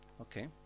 okay